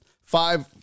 Five